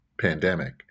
pandemic